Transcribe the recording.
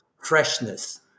freshness